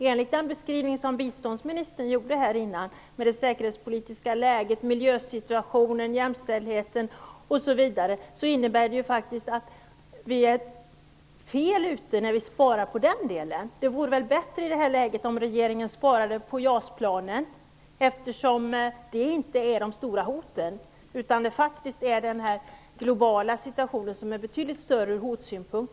Enligt den beskrivning som biståndsministern nyss gjorde av det säkerhetspolitiska läget, miljösituationen, jämställdheten osv. är vi fel ute när vi sparar på denna grupp. Det vore väl i det här läget bättre om regeringen sparade på JAS-planen, eftersom dessa inte parerar de stora hoten. Den globala situationen är betydligt värre ur hotsynpunkt.